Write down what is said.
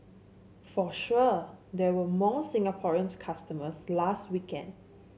for sure there were more Singaporeans customers last weekend